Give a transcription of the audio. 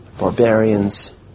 barbarians